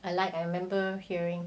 I like I remember hearing